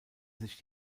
sich